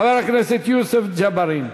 חבר הכנסת יוסף ג'בארין,